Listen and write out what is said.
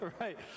Right